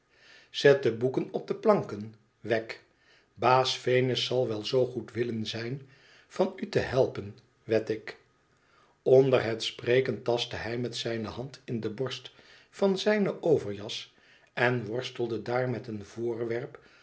zet de boeken op de planken wegg baas venus zal wel zoo goed willen zijn van u te helpen wed ik onder het spreken tastte hij met zijne hand in de borst van zijne over jas en worstelde daar met een voorwerp